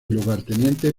lugarteniente